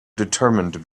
determined